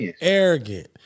arrogant